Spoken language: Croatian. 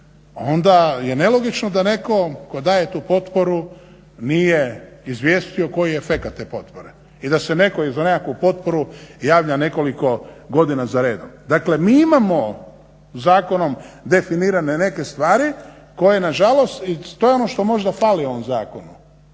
onda je nelogično da netko tko daje tu potporu nije izvijestio koji je efekat te potpore i da se netko i za nekakvu potporu javlja nekoliko godina za redom. Dakle, mi imamo zakonom definirane neke stvari koje nažalost, i to je ono što možda fali ovom zakonu,